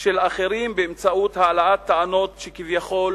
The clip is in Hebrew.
של אחרים באמצעות העלאת טענות שכביכול